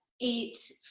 eight